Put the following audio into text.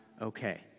Okay